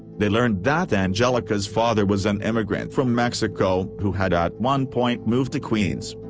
they learned that anjelica's father was an immigrant from mexico who had at one point moved to queens.